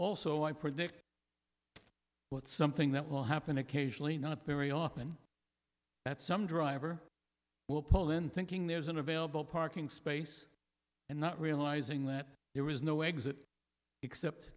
also i predict what something that will happen occasionally not very often that some driver will pull in thinking there's an available parking space and not realizing that there is no exit except